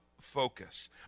focus